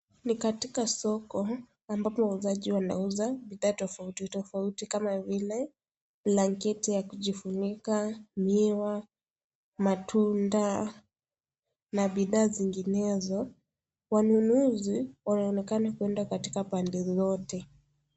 Ni katika soko ambapo wauzaji wanauza bidhaa tofauti tofauti kama vile blanketi ya kujifunika, miwa, matunda na bidhaa zinginezo. Wanunuzi wanaonekana kwenda katika pande zote.